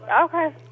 Okay